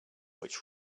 which